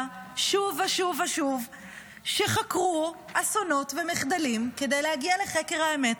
שוב ושוב שחקרו אסונות ומחדלים כדי להגיע לחקר האמת,